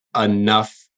enough